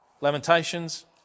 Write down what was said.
Lamentations